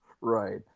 Right